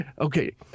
Okay